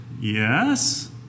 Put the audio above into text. Yes